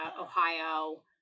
Ohio